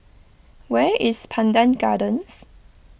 where is Pandan Gardens